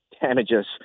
damages